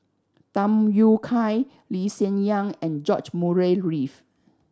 Tham Yui Kai Lee Hsien Yang and George Murray Reith